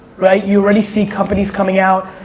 right? you already see companies coming out,